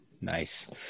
nice